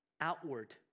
outward